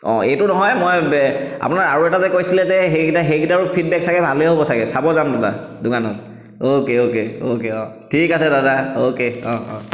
আঁ এইটো নহয় মই আপোনাৰ আৰু এটা যে কৈছিলে যে সেইকেইটাও সেইকেইটাও ফিডবেক চাগে ভালেই হ'ব চাগে চাব যাম এইবাৰ দোকানত অ'কে অ'কে অ'কে অ' ঠিক আছে দাদা অ'কে অঁ অঁ